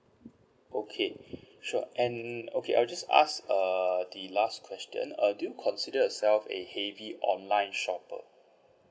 okay sure and okay I will just ask err the last question err do you consider yourself a heavy online shopper